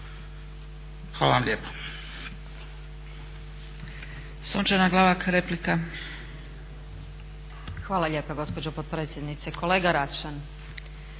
Hvala vam lijepa.